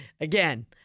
Again